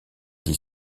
dit